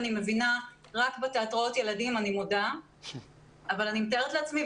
אני מודה שאני מבינה רק בתיאטראות ילדים אבל אני מתארת לעצמי,